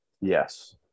Yes